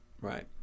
Right